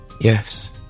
Yes